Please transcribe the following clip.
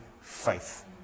faith